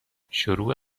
شروع